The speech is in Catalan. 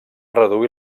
reduir